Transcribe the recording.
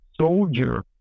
soldier